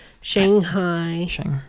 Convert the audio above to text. shanghai